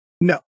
No